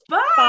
Bye